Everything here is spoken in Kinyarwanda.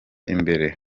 imbere